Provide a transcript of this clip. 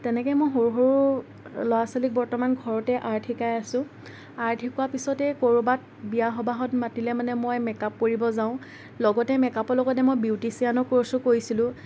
তেনেকৈ মই সৰু সৰু ল'ৰা ছোৱালীক বৰ্তমান ঘৰতে আৰ্ট শিকাই আছোঁ আৰ্ট শিকোৱাৰ পিছতে ক'ৰবাত বিয়া সবাহত মাতিলে মানে মই মেকআপ কৰিব যাওঁ লগতে মেকআপৰ লগতে মই বিউটিচিয়ানৰ কৰ্চো কৰিছিলোঁ